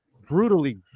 brutally